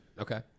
Okay